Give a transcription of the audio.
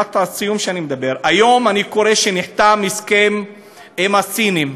היום אני קורא שנחתם הסכם עם הסינים,